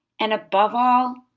and above all,